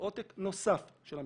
יש פה דיון אחר.